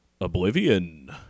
Oblivion